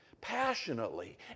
passionately